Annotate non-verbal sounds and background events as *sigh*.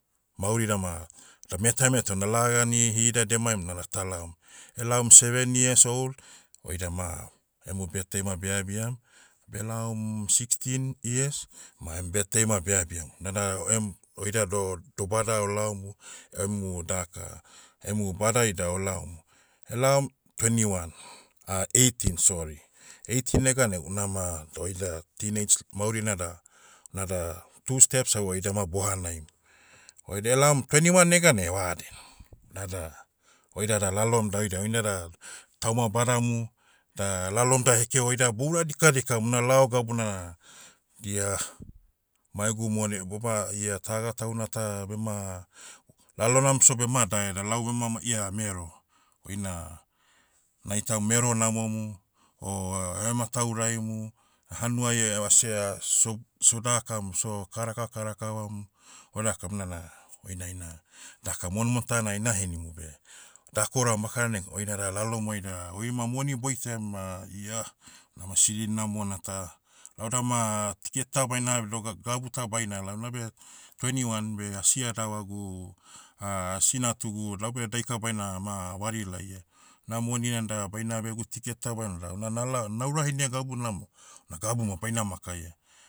Mauri dama, da metairameta na lagani hida demaim nada talaom. Elaom seven years old, oida ma, emu birthday ma beabiam, belaom sixteen years, ma em birthday ma beabiam. Nada oem, oida doh- dobada olaomu, oemu daka, emu bada ida olaomu, elaom tweni wan. *hesitation* eighteen sorry. Eighteen neganai unama, oida, teenage maurina da, nada, two steps away oidama bohanaim. Oi delaom, tweni wan neganai vaden, nada, oida da- lalom da oida, oin dada, tauma badamu, da lalom da hekeo oida boura dikadikam na lao gabuna, diah, maegu moni, boma ia taga tauna ta, bema, lalonam so bema dae da lau bema ma ia mero, oina, naitam mero namomu, o, ohematauraimu, hanua evasea, so- sodakam, so, kara ka kara kavam, odakam nana, oina ina, daka monmon tana aina henimu beh, dakouram bakara ne, oinada lalomuai da oima moni boitaiam ma iah, unama siri namona ta. Lau dama, ticket baina ab doga- gabuta bainala unabe, tweni wan beh asi adavagu, *hesitation* asi natugu. Laube daika baina, ma, wari laia. Na moni nada baina abia egu ticket ta baina da una nalao- naura henia gabuna moh, una gabu moh baina makaia.